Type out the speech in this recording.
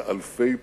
באלפי פעולות,